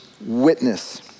witness